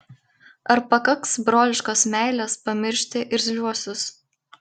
ar pakaks broliškos meilės pamiršti irzliuosius